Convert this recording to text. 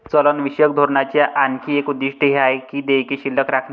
चलनविषयक धोरणाचे आणखी एक उद्दिष्ट हे आहे की देयके शिल्लक राखणे